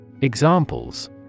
Examples